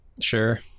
Sure